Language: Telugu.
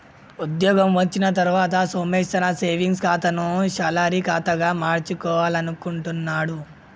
ఉద్యోగం వచ్చిన తర్వాత సోమేష్ తన సేవింగ్స్ ఖాతాను శాలరీ ఖాతాగా మార్చుకోవాలనుకుంటున్నడు